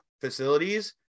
facilities